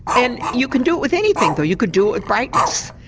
and you can do it with anything so you can do it with brightness.